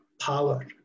power